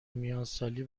میانسالی